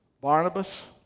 Barnabas